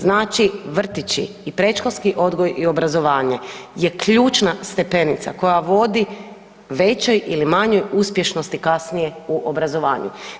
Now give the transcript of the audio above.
Znači vrtići i predškolski odgoj i obrazovanje je ključna stepenica koja vodi većoj ili manjoj uspješnosti kasnije u obrazovanju.